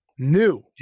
new